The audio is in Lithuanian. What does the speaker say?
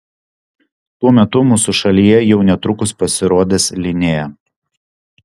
tuo metu mūsų šalyje jau netrukus pasirodys linea